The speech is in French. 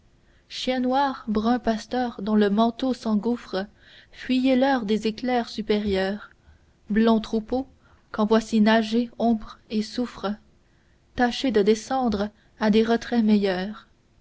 chien noir brun pasteur dont le manteau s'engouffre fuyez l'heure des éclairs supérieurs blond troupeau quand voici nager ombre et soufre tâchez de descendre à des retraits meilleurs